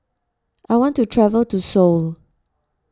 I want to travel to Seoul